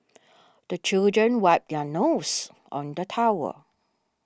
the children wipe their noses on the towel